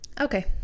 okay